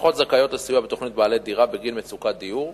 משפחות זכאיות לסיוע בתוכנית בעלי דירה בגין מצוקת דיור,